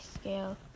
scale